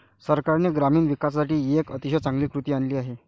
सरकारने ग्रामीण विकासासाठी एक अतिशय चांगली कृती आणली आहे